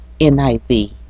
NIV